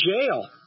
Jail